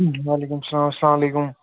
وعلیکُم سلام اسلام علیکُم